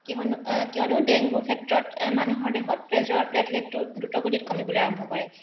কিয়নো কিয়নো ডেংগুৰ ক্ষেত্ৰত মানুহৰ দেহত তেজৰ প্লেটলেটটো দ্ৰুতগতিত কমিবলৈ আৰম্ভ কৰে